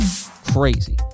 crazy